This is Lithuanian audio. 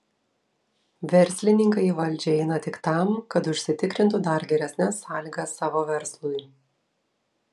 verslininkai į valdžią eina tik tam kad užsitikrintų dar geresnes sąlygas savo verslui